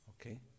Okay